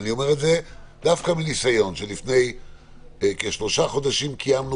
ואני אומר את זה דווקא מניסיון שלפני כשלושה חודשים קיימנו